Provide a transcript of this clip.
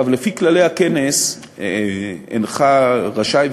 לפי כללי הכנס אינך רשאי,